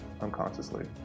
unconsciously